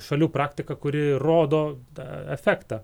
šalių praktika kuri rodo tą efektą